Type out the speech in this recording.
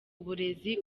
uburezi